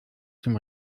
zum